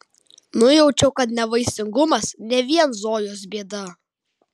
nujaučiau kad nevaisingumas ne vien zojos bėda